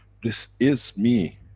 this is me,